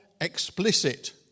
explicit